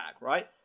right